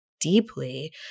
deeply